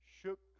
shook